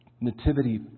nativity